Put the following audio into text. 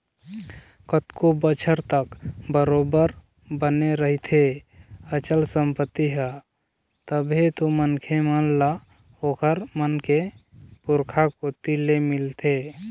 कतको बछर तक बरोबर बने रहिथे अचल संपत्ति ह तभे तो मनखे मन ल ओखर मन के पुरखा कोती ले मिलथे